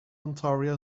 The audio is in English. ontario